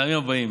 מהטעמים האלה: